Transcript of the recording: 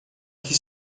que